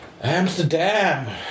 Amsterdam